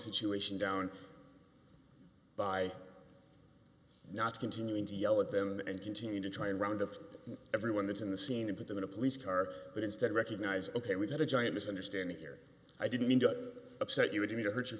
situation down by not continuing to yell at them and continue to try and round of everyone that's in the scene put them in a police car but instead recognize ok we've got a giant misunderstanding here i didn't mean to upset you with me to hurt your